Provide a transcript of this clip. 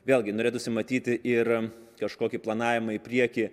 vėlgi norėtųsi matyti ir kažkokį planavimą į priekį